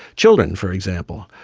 children, for example.